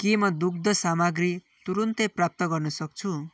के म दुग्ध सामग्री तुरुन्तै प्राप्त गर्न सक्छु